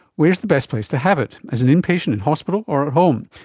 where is the best place to have it as an inpatient in hospital or at home?